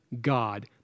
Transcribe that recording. God